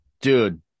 Dude